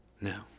No